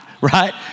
right